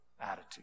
attitude